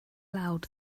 aloud